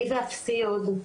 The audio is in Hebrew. אני ואפסי עוד,